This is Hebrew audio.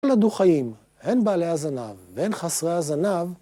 ילדו חיים, הן בעלי הזנב, והן חסרי הזנב